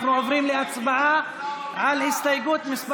מדינת ישראל.